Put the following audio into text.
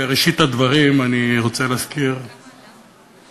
בראשית הדברים אני רוצה להזכיר שאתמול